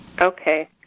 Okay